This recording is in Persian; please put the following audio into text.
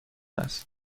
است